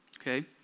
okay